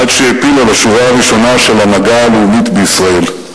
עד שהעפילה לשורה הראשונה של ההנהגה הלאומית בישראל.